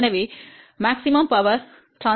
எனவே அதிகபட்ச சக்தி max